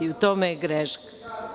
U tome je greška.